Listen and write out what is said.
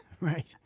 Right